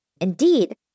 Indeed